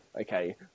okay